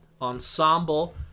Ensemble